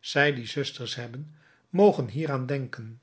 zij die zusters hebben mogen hieraan denken